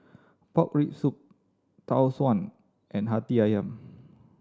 pork rib soup Tau Suan and Hati Ayam